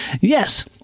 Yes